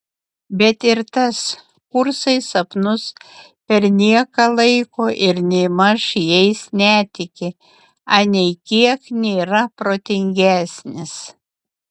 bet ir tas kursai sapnus per nieką laiko ir nėmaž jais netiki anei kiek nėra protingesnis